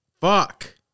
fuck